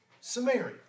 Samaria